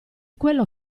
quello